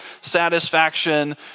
satisfaction